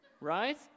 Right